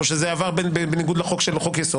או שזה עבר בניגוד לחוק יסוד,